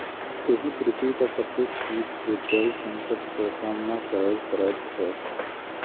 एहि पृथ्वीपर प्रत्येक जीव के जल संकट सॅ सामना करय पड़ैत छै